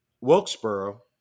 Wilkesboro